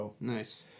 Nice